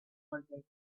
haunted